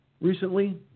recently